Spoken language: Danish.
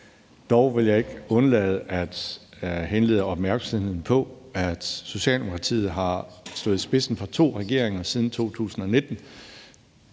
Dog vil jeg ikke undlade at henlede opmærksomheden på, at Socialdemokratiet har stået i spidsen for to regeringer siden 2019